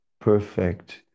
perfect